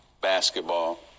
basketball